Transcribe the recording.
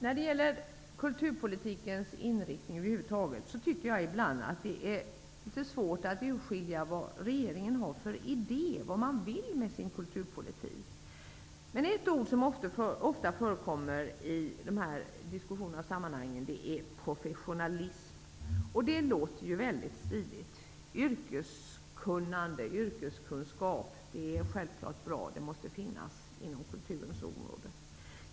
När det gäller kulturpolitikens inriktning över huvud taget, tycker jag ibland att det är litet svårt att urskilja vad regeringen har för idé och vad den vill med sin kulturpolitik. Men ett ord som ofta förekommer i dessa sammanhang är professionalism. Det låter mycket stiligt. Yrkeskunnande och yrkeskunskap är självfallet bra och måste finnas inom kulturens område.